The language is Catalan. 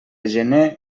gener